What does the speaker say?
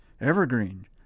evergreen